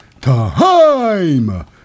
time